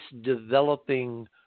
developing